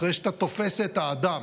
אחרי שאתה תופס את האדם,